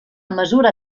mesura